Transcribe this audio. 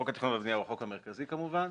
חוק התכנון והבנייה הוא החוק המרכזי, כמובן.